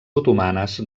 otomanes